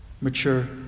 mature